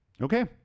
Okay